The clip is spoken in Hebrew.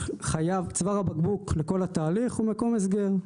צוואר הבקבוק לכל התהליך הוא מקום הסגר,